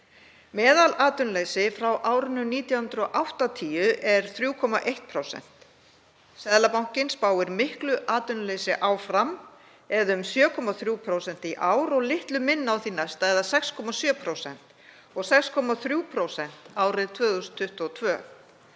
Meðalatvinnuleysi frá árinu 1980 er 3,1%. Seðlabankinn spáir miklu atvinnuleysi áfram, eða um 7,3% í ár, og litlu minna á því næsta, eða 6,7%, og 6,3% árið 2022.